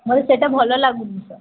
ମୋର ସେଇଟା ଭଲ ଲାଗୁନି ତ